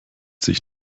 sich